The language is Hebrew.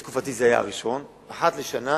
בתקופתי, זה היה הראשון, אחד לשנה.